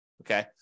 okay